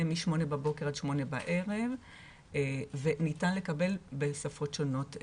מ-08:00 בבוקר עד 20:00 בערב וניתן לקבל בשפות שונות מענה.